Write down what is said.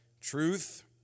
Truth